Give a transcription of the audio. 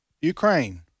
Ukraine